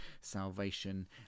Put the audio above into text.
salvation